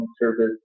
service